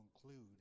conclude